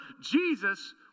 Jesus